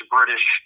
British